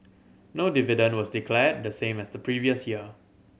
no dividend was declared the same as the previous year